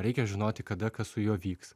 reikia žinoti kada kas su juo vyks